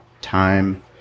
time